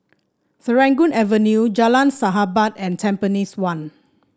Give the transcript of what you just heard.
Serangoon Avenue Jalan Sahabat and Tampines one